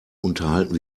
unterhalten